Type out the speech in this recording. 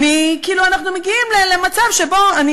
כאילו, אנחנו מגיעים למצב שבו אני